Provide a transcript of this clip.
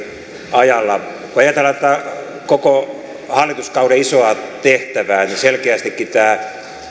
ajalla kun ajatellaan tätä koko hallituskauden isoa tehtävää niin selkeästikin tämä